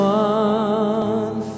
one